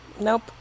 nope